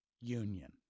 Union